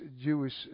Jewish